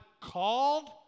called